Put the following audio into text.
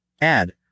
Add